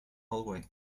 hallway